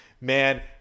man